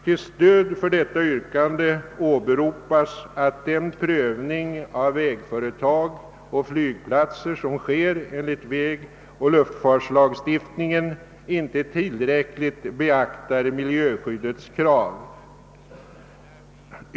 Till stöd för detta yrkande åberopas att den prövning av vägföretag och flygplatser som företas enligt vägoch luftfartslagstiftningen inte tillräckligt beaktar miljöskyddets krav.